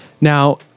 Now